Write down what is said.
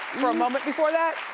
for a moment before that?